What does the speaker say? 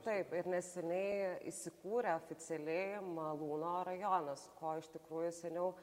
taip ir neseniai įsikūrė oficialiai malūno rajonas ko iš tikrųjų seniau